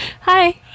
Hi